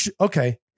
Okay